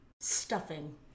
stuffing